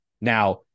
Now